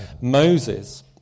Moses